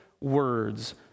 words